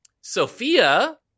Sophia